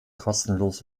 kostenlos